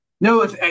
no